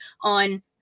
on